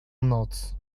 noc